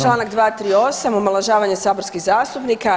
Čl. 238. omalovažavanje saborskih zastupnika.